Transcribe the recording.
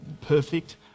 perfect